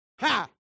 Ha